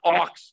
ox